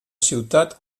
ciutat